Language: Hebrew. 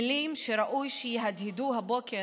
מילים שראוי שיהדהדו הבוקר,